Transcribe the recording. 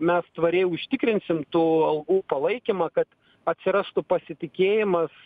mes tvariai užtikrinsim tų algų palaikymą kad atsirastų pasitikėjimas